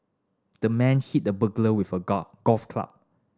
the man hit the burglar with a golf club